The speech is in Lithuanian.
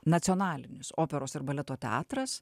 nacionalinis operos ir baleto teatras